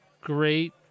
great